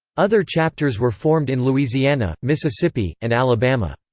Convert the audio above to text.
other chapters were formed in louisiana, mississippi, and alabama.